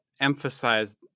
emphasize